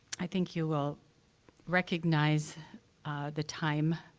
i think you will recognize the time